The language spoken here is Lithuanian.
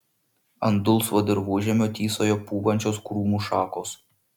ant dulsvo dirvožemio tysojo pūvančios krūmų šakos